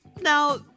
now